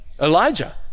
Elijah